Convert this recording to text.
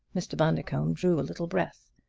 mr. bundercombe drew a little breath.